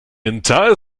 entire